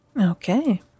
Okay